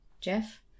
Jeff